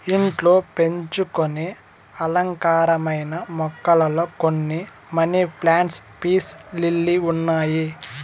ఇంట్లో పెంచుకొనే అలంకారమైన మొక్కలలో కొన్ని మనీ ప్లాంట్, పీస్ లిల్లీ ఉన్నాయి